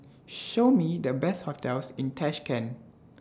Show Me The Best hotels in Tashkent